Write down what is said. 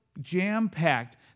jam-packed